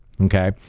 okay